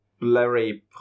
blurry